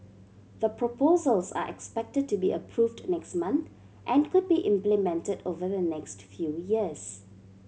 the proposals are expected to be approved next month and could be implemented over the next few years